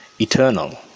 eternal